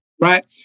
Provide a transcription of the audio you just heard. Right